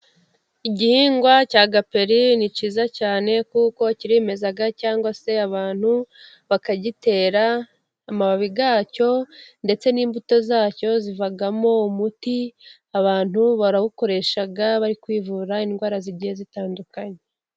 Igihingwa cya gaperi ni cyiza cyane, kuko kirimeza cyangwa se abantu bakagitera, amababi yacyo ndetse n'imbuto zacyo zivamo umuti, abantu barawukoresha bari kwivura indwara zigiye zitandukanye.